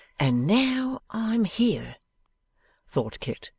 and now i'm here thought kit,